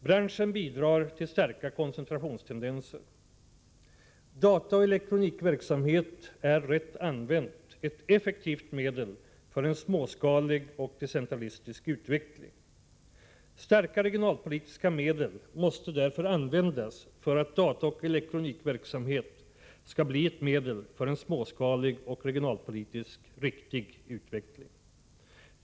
Branschen bidrar till starka koncentrationstendenser. Verksamheten på dataoch elektronikområdet är rätt använd ett effektivt medel för en småskalig och decentralistisk utveckling. Starka regionalpolitiska medel måste därför användas för att dataoch elektronikverksamheten skall bli ett medel för en småskalig och regionalpolitiskt riktig utveckling.